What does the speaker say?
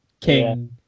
King